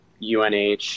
UNH